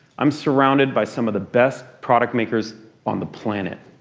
i'm surrounded by some of the best product makers on the planet.